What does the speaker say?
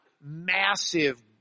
massive